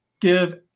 give